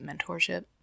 mentorship